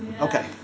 Okay